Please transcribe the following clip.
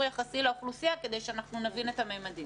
יחסי לאוכלוסייה כדי שאנחנו נבין את המימדים.